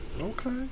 Okay